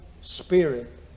spirit